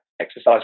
exercise